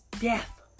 Death